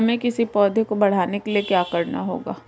हमें किसी पौधे को बढ़ाने के लिये क्या करना होगा?